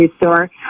store